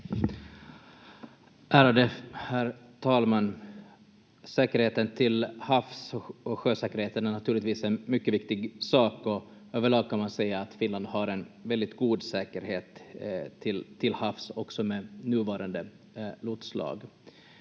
Ärade herr talman! Säkerheten till havs och sjösäkerheten är naturligtvis en mycket viktig sak, och överlag kan man säga att Finland har en väldigt god säkerhet till havs också med nuvarande lotslag.